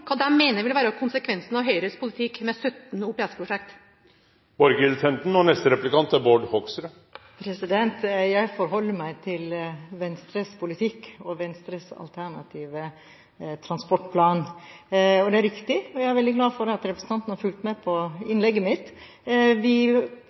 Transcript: hva de mener vil være konsekvensen av Høyres politikk med 17 OPS-prosjekt? Jeg forholder meg til Venstres politikk og Venstres alternative transportplan. Det er riktig – og jeg er veldig glad for at representanten har fulgt med på